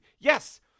Yes